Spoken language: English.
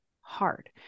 hard